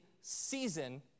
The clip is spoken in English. season